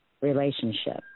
relationship